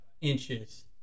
inches